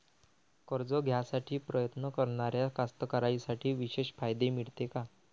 कर्ज घ्यासाठी प्रयत्न करणाऱ्या कास्तकाराइसाठी विशेष फायदे मिळते का?